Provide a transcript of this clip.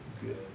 good